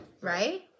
Right